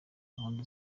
gahunda